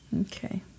Okay